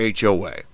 HOA